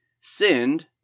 sinned